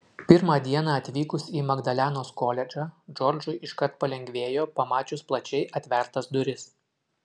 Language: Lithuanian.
pirmą dieną atvykus į magdalenos koledžą džordžui iškart palengvėjo pamačius plačiai atvertas duris